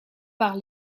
par